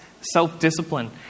self-discipline